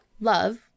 love